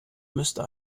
müsste